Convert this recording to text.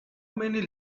many